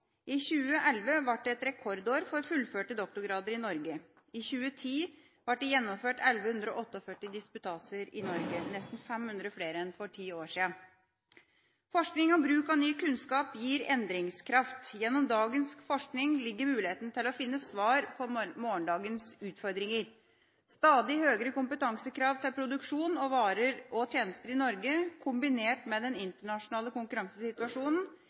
2011 ble et rekordår for fullførte doktorgrader i Norge, i 2010 ble det gjennomført 1 148 disputaser i Norge, nesten 500 flere enn for ti år siden. Forskning og bruk av ny kunnskap gir endringskraft. Gjennom dagens forskning ligger muligheten til å finne svar på morgendagens utfordringer. Stadig høyere kompetansekrav til produksjon av varer og tjenester i Norge, kombinert med den internasjonale konkurransesituasjonen,